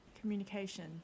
communication